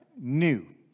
new